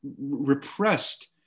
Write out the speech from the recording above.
repressed